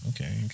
Okay